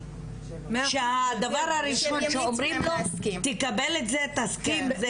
אז הדבר הראשון שאומרים לו זה לקבל את זה ולהסכים.